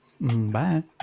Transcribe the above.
Bye